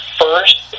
first